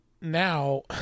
now